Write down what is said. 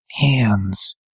hands